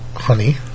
honey